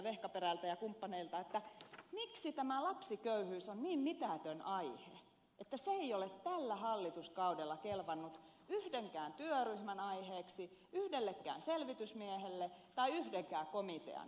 vehkaperältä ja kumppaneilta miksi tämä lapsiköyhyys on niin mitätön aihe että se ei ole tällä hallituskaudella kelvannut yhdenkään työryhmän aiheeksi yhdellekään selvitysmiehelle tai yhdenkään komitean aiheeksi